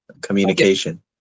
communication